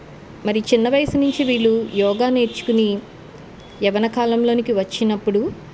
మరి చిన్న వయసు నుంచి వీళ్ళు యోగా నేర్చుకుని యవన కాలంలోనికి వచ్చినప్పుడు